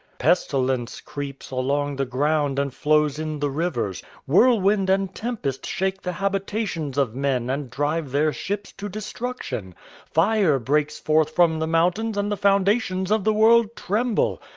pestilence creeps along the ground and flows in the rivers whirlwind and tempest shake the habitations of men and drive their ships to destruction fire breaks forth from the mountains and the foundations of the world tremble.